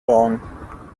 tone